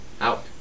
out